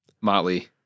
Motley